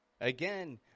Again